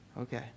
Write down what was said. Okay